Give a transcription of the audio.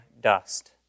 dust